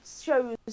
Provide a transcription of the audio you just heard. shows